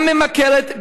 גם ממכרת,